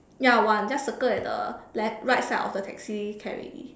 ya one just circle at the left right side of the taxi can already